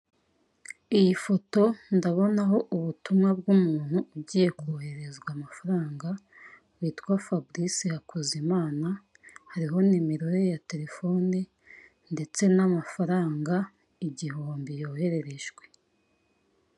Iyi foto ndabonaho ubutumwa bw'umuntu ugiye kohererezwa amafaranga witwa Fabrice HAKUZUMANA hariho nimero ye ya telephone ndetse n'amafaranga igihumbi yoherejwe.